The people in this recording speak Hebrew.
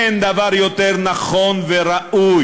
אין דבר יותר נכון וראוי.